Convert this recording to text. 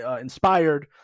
inspired